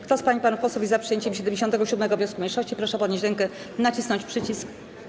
Kto z pań i panów posłów jest za przyjęciem 77. wniosku mniejszości, proszę podnieść rękę i nacisnąć przycisk.